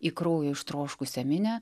į kraujo ištroškusią minią